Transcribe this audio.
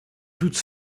toutes